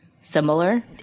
similar